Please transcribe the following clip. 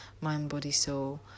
mind-body-soul